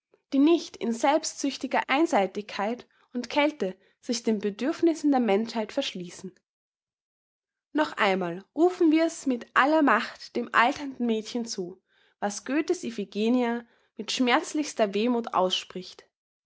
die nicht in selbstsüchtiger einseitigkeit und kälte sich den bedürfnissen der menschheit verschließen noch einmal rufen wir's mit aller macht dem alternden mädchen zu was göthe's iphigenia mit schmerzlichster wehmuth ausspricht